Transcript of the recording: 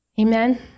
Amen